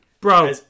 bro